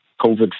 COVID